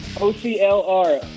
O-C-L-R